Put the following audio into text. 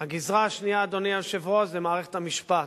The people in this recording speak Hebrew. הגזירה השנייה, אדוני היושב-ראש, מערכת המשפט.